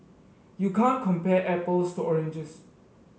you can't compare apples to oranges